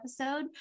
episode